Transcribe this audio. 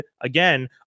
again